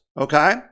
okay